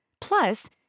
Plus